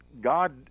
God